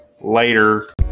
Later